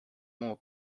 more